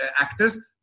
actors